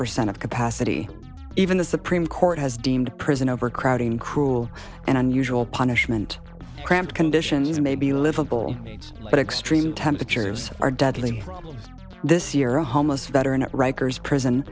percent of capacity even the supreme court has deemed prison overcrowding cruel and unusual punishment cramped conditions may be livable needs but extreme temperatures are deadly this year a homeless veteran at rikers prison